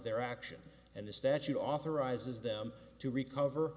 their action and the statute authorizes them to recover